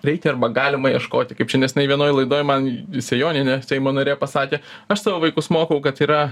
reikia arba galima ieškoti kaip čia nesenai vienoj laidoj man sejonienė seimo narė pasakė aš savo vaikus mokau kad yra